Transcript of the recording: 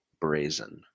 Brazen